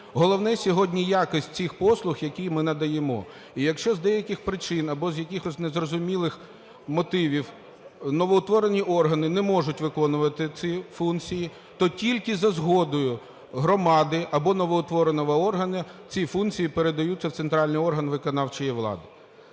Головне сьогодні - якість цих послуг, які ми надаємо. І якщо з деяких причин або з якихось незрозумілих мотивів новоутворені органи не можуть виконувати ці функції, то тільки за згодою громади або новоутвореного органу ці функції передаються в центральний орган виконавчої влади.